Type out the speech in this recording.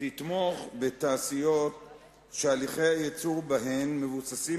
תתמוך בתעשיות שהליכי הייצור בהן מבוססים